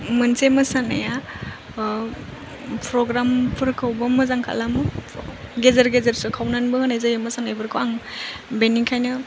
मोनसे मोसानाया प्रग्राम फोरखौबो मोजां खालामो गेजेर गेजेर सोखावनानैबो होनाय जायो मोसानायफोरखौ आं बेनिखायनो